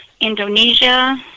Indonesia